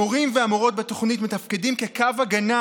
המורים והמורות בתוכנית מתפקדים כקו ההגנה